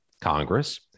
Congress